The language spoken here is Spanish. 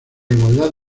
igualdad